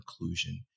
inclusion